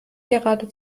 gerade